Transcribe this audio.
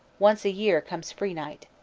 once a year comes free-night.